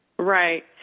Right